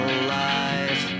alive